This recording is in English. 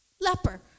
leper